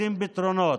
רוצים פתרונות,